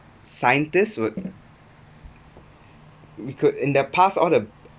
scientists would we could in the past all the